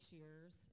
years